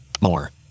More